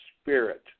spirit